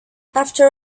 after